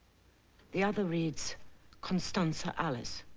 the other reads constanza alice.